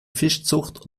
fischzucht